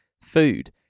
food